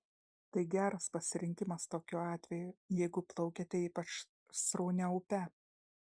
tai geras pasirinkimas tokiu atveju jeigu plaukiate ypač sraunia upe